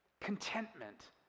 Contentment